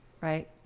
right